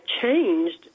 changed